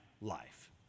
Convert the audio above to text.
life